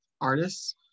artists